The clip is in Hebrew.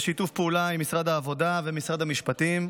בשיתוף פעולה עם משרד העבודה ומשרד המשפטים,